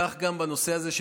כך גם בנושא הזה,